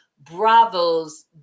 Bravo's